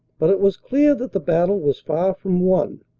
but it was clear that the battle was far from won.